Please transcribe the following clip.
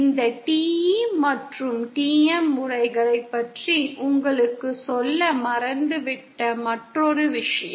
இந்த TE மற்றும் TM முறைகளைப் பற்றி உங்களுக்குச் சொல்ல மறந்துவிட்ட மற்றொரு விஷயம்